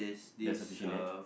there's a fishing net